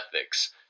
ethics